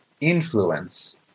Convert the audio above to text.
influence